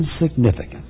insignificant